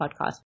Podcast